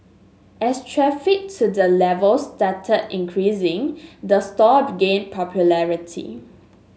as traffic to the level started increasing the store begin popularity